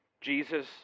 Jesus